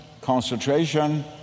concentration